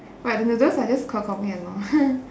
but the noodles are just ke kou mian lor